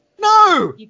no